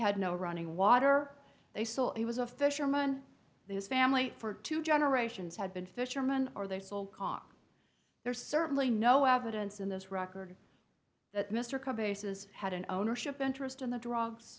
had no running water they saw he was a fisherman his family for two generations had been fisherman or their sole cause there's certainly no evidence in this record that mr cobb ace's had an ownership interest in the drugs